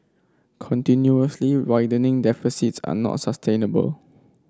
continuously widening deficits are not sustainable